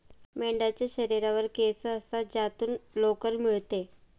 मेंढ्यांच्या शरीरावर केस असतात ज्यातून लोकर मिळते